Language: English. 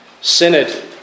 synod